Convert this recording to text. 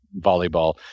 volleyball